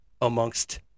amongst